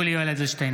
(קורא בשמות חברי הכנסת) יולי יואל אדלשטיין,